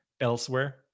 elsewhere